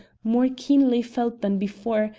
more keenly felt than before,